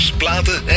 platen